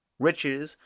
riches,